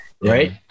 Right